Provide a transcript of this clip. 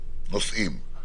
נושאים: